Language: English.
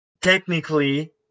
technically